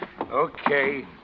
Okay